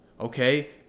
Okay